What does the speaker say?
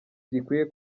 gikwiye